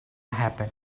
happen